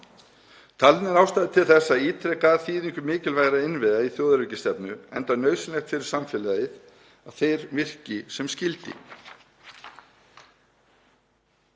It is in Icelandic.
Talin er ástæða til að ítreka þýðingu mikilvægra innviða í þjóðaröryggisstefnu, enda nauðsynlegt fyrir samfélagið að þeir virki sem skyldi.